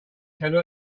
teller